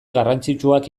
garrantzitsuak